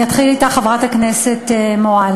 אני אתחיל אתך, חברת הכנסת מועלם.